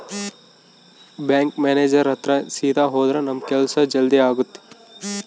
bank manager ಹತ್ರ ಸೀದಾ ಹೋದ್ರ ನಮ್ ಕೆಲ್ಸ ಜಲ್ದಿ ಆಗುತ್ತೆ